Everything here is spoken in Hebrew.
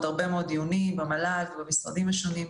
הרבה מאוד דיונים במל"ג ובמשרדים השונים.